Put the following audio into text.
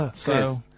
ah so,